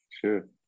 Sure